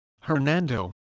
Hernando